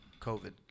COVID